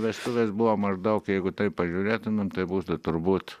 vestuvės buvo maždaug jeigu taip pažiūrėtumėm tai būtų turbūt